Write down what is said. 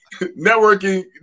Networking